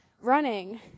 running